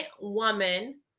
woman